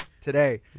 today